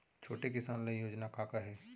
छोटे किसान ल योजना का का हे?